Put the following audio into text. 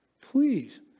Please